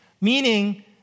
meaning